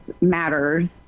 matters